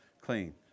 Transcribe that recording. clean